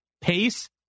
pace